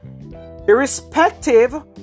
irrespective